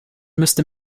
müsste